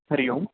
Hari Om